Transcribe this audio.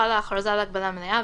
חלה הכרזה על הגבלה מלאה,